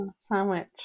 Sandwich